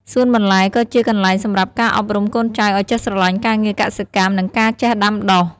សួនបន្លែក៏ជាកន្លែងសម្រាប់ការអប់រំកូនចៅឱ្យចេះស្រឡាញ់ការងារកសិកម្ម និងការចេះដាំដុះ។